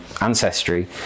ancestry